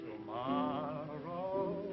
tomorrow